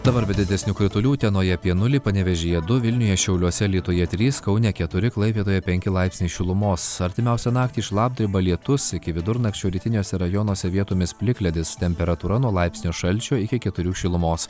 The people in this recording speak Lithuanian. dabar be didesnių kritulių utenoje apie nulį panevėžyje du vilniuje šiauliuose alytuje trys kaune keturi klaipėdoje penki laipsniai šilumos artimiausią naktį šlapdriba lietus iki vidurnakčio rytiniuose rajonuose vietomis plikledis temperatūra nuo laipsnio šalčio iki keturių šilumos